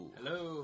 Hello